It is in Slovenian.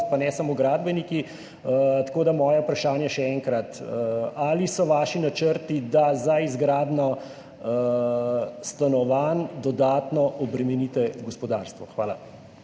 pa ne samo gradbeniki. Tako da je moje vprašanje še enkrat: Ali so vaši načrti taki, da boste za gradnjo stanovanj dodatno obremenili gospodarstvo? Hvala.